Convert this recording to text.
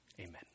Amen